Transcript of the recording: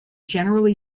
generally